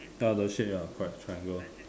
ya the shape ya correct triangle